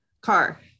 Car